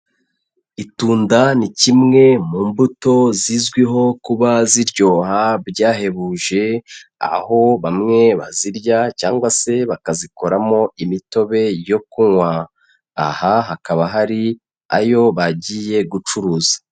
Itunda ni kimwe mu mbuto zizwiho kuba ziryoha byahebuje, aho bamwe bazirya cyangwa se bakazikoramo imitobe yo kunywa, aha hakaba hari ayo bagiye gucuruza.